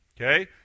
Okay